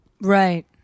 Right